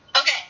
okay